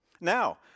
Now